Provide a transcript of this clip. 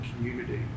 community